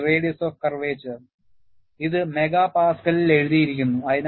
ഇത് MPA ഇൽ എഴുതിയിരിക്കുന്നു